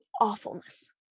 awfulness